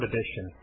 Edition